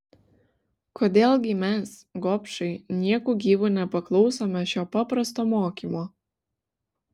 kodėl gi mes gobšai nieku gyvu nepaklausome šio paprasto mokymo